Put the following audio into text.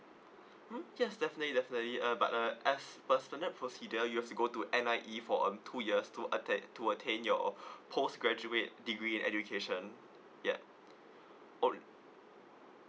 hmm yes definitely definitely uh but uh as personate procedure you will have to go to N_I_E for um two years to attend to attain your post graduate degree in education ya oh